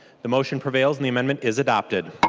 the motion prevails. and the amendment is adopted.